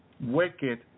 Wicked